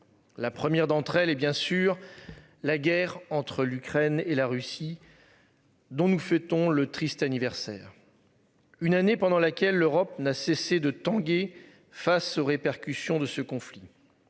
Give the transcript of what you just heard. la première d'entre elles, et bien sûr la guerre entre l'Ukraine et la Russie. Dont nous fêtons le triste anniversaire. Une année pendant laquelle l'Europe n'a cessé de Tanguy face aux répercussions de ce conflit.